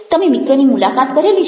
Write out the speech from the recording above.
તમે મિત્રની મુલાકાત કરેલી છે